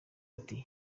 ati